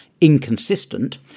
inconsistent